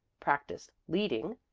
practiced leading,